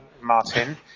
Martin